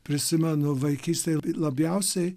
prisimenu vaikystę ir labiausiai